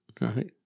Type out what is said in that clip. right